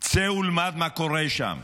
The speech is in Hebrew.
צא ולמד מה קורה שם.